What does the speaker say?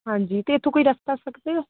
ਹਾਂਜੀ ਤੇ ਇਥੋਂ ਕੋਈ ਰਸਤਾ ਸਕਦੇ ਹੋ